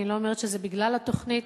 אני לא אומרת שזה בגלל התוכנית,